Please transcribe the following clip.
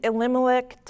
Elimelech